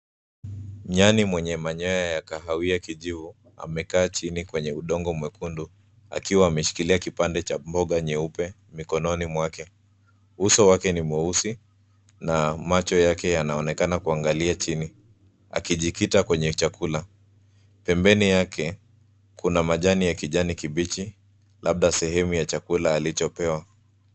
Nyani mwenye manyoya ya kahawia kijivu, amekaa chini kwenye udongo mwekundu, akiwa ameshikilia kipande cha mboga nyeupe mikononi mwake. Uso wake ni mweusi na macho yake yanaonekana kuangalia chini, akijikita kwenye chakula. Pembeni yake kuna majani ya kijani kibichi, labda sehemu ya chakula alichopewa.